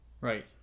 Right